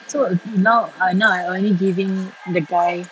so uh now I now I only giving the guy